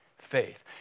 faith